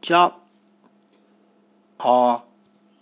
job or